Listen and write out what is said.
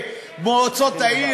במועצות העיר,